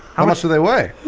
how much do they weigh?